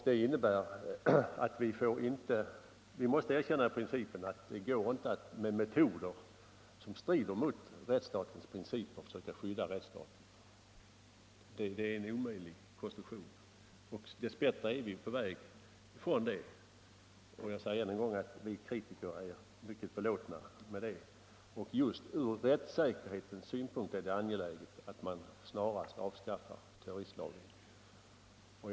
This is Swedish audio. Det innebär att vi måste erkänna att vi för att skydda rättsstaten inte får använda metoder som strider mot rättsstatens principer. Dess bättre är vi på väg från detta, och jag säger än en gång att vi kritiker välkomnar detta. Just från rättssäkerhetssynpunkt är det emellertid angeläget att man snarast avskaffar terroristlagen. Herr talman!